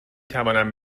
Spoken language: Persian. توانم